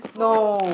no